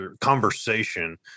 conversation